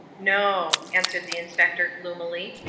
no, answered the inspector gloomily.